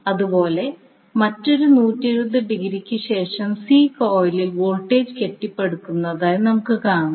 അതുപോലെ മറ്റൊരു 120 ഡിഗ്രിക്ക് ശേഷം സി കോയിലിൽ വോൾട്ടേജ് കെട്ടിപ്പടുക്കുന്നതായി നമുക്ക് കാണാം